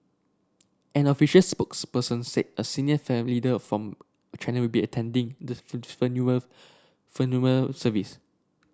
an official spokesperson said a senior leader from China will be attending the funeral funeral service